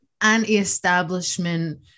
anti-establishment